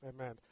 Amen